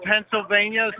Pennsylvania